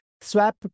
swap